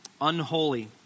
unholy